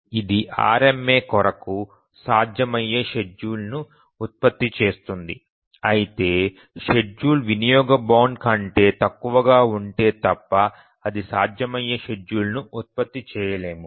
ఇది RMA కొరకు సాధ్యమయ్యే షెడ్యూల్ను ఉత్పత్తి చేస్తుంది అయితే షెడ్యూల్ వినియోగ బౌండ్ కంటే తక్కువగా ఉంటే తప్ప అది సాధ్యమయ్యే షెడ్యూల్ను ఉత్పత్తి చేయలేము